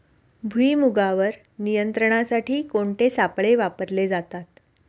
भुईमुगावर नियंत्रणासाठी कोणते सापळे वापरले जातात?